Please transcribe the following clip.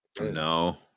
No